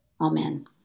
Amen